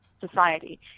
society